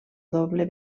doble